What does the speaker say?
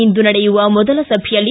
ಇಂದು ನಡೆಯುವ ಮೊದಲ ಸಭೆಯಲ್ಲಿ